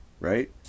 Right